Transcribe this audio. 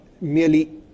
merely